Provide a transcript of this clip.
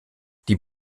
die